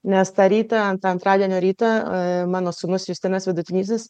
nes tą rytą ant antradienio rytą mano sūnus justinas vidutinysis